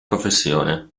professione